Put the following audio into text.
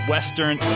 Western